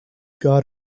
got